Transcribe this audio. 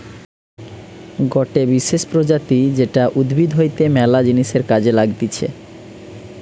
গটে বিশেষ প্রজাতি যেটা উদ্ভিদ হইতে ম্যালা জিনিসের কাজে লাগতিছে